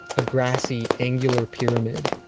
a grassy angular pyramid.